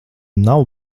nav